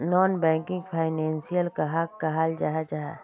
Non banking financial कहाक कहाल जाहा जाहा?